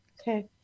Okay